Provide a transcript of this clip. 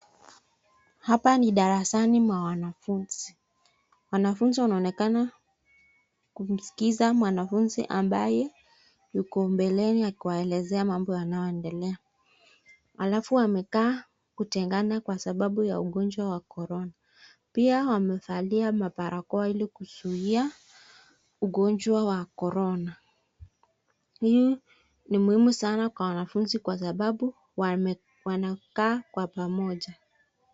Hapa ni darasani mwa wanafunzi. Wanafunzi wanaonekana kumskiza mwanafunzi ambaye yuko mbeleni kwa kuelezea mambo yanayo endelea. Alafu amekaa kutengana kwa sababu ya ugonjwa wa korona. Pia wamevalia mabarakoa ili kuzuia ugonjwa wa korona. Hiini muhimu sanaa kwa wanafunzi kwa sababu wanakaa kwa pamoja.